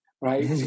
right